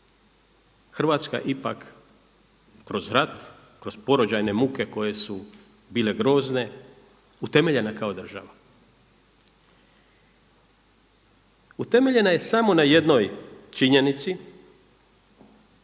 Hrvatska ipak kroz rat, kroz porođajne muke koje su bile grozne, utemeljena kao država. Utemeljena je samo na jednoj činjenici